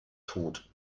tot